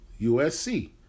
USC